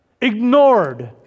ignored